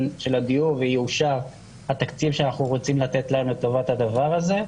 של הדיור ויאושר התקציב שאנחנו רוצים לתת להם לטובת הדבר הזה.